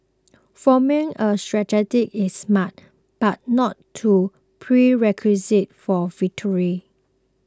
forming a strategy is smart but not to prerequisite for victory